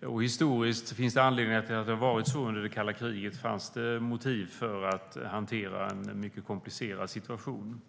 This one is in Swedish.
Det finns historiska anledningar till detta. Under det kalla kriget fanns det motiv för att hantera en mycket komplicerad situation.